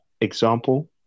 example